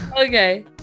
okay